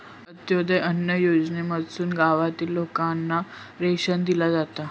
अंत्योदय अन्न योजनेमधसून गावातील लोकांना रेशन दिला जाता